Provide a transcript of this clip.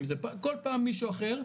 כל פעם זה מישהו אחר,